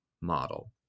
model